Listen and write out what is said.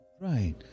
Right